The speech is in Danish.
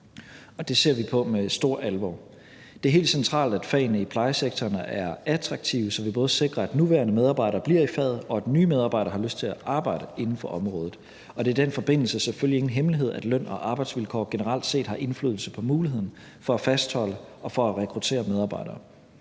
Det ser vi på med stor alvor. Det er helt centralt, at fagene i plejesektoren er attraktive, så vi både sikrer, at nuværende medarbejdere bliver i faget, og at nye medarbejdere har lyst til at arbejde inden for området. Det er i den forbindelse selvfølgelig ingen hemmelighed, at løn- og arbejdsvilkår generelt har indflydelse på muligheden for at fastholde og rekruttere medarbejdere.